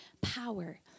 power